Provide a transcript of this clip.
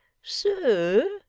sir,